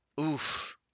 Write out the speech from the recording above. Oof